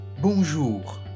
bonjour